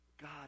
God